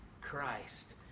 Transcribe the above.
Christ